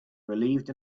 relieved